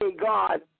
God